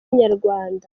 inyarwanda